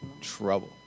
trouble